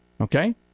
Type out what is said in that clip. Okay